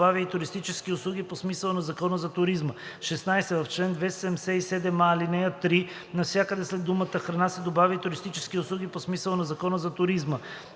добавя и „ туристически услуги по смисъла на Закона за туризма“; 16. В чл. 277а, ал. 3 навсякъде след думата „храна“ се добавя „и туристически услуги по смисъла на Закона за туризма“;